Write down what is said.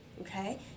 Okay